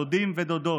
דודים ודודות.